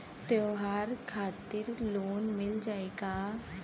त्योहार खातिर लोन मिल जाई का?